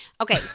okay